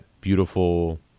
beautiful